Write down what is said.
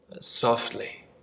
softly